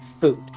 food